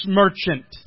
merchant